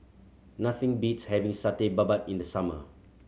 nothing beats having Satay Babat in the summer